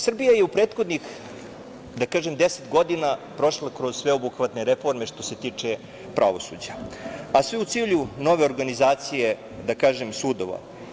Srbija je u prethodnih, da kažem 10 godina, prošla kroz sveobuhvatne reforme što se tiče pravosuđa, a sve u cilju nove organizacije da kažem, sudova.